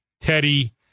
Teddy